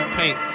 paint